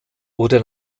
wurde